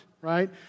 right